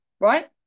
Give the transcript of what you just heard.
Right